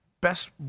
best